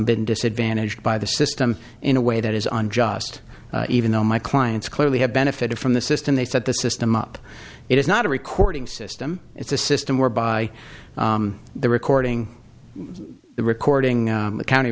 been disadvantaged by the system in a way that is unjust even though my clients clearly have benefited from the system they set the system up it is not a recording system it's a system whereby the recording the recording the county